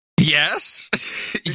Yes